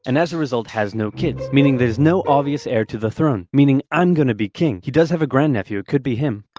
and as a result, has no kids. meaning there's no obvious heir to the throne. meaning i'm gonna be king he does have a grandnephew, it could be him